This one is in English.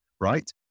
right